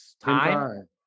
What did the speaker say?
time